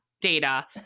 data